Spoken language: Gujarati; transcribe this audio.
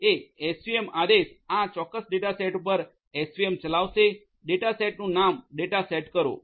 svm એ એસવીએમ આદેશ આ ચોક્કસ ડેટા સેટ પર એસવીએમ ચલાવશે ડેટા સેટનું નામ ડેટા સેટ કરો